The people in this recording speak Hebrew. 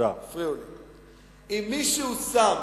מישהו שם